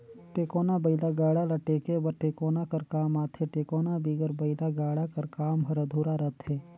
टेकोना बइला गाड़ा ल टेके बर टेकोना कर काम आथे, टेकोना बिगर बइला गाड़ा कर काम हर अधुरा रहथे